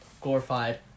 glorified